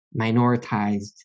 minoritized